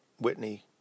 Whitney